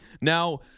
Now